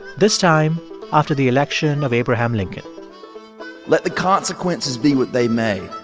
this time after the election of abraham lincoln let the consequences be what they may.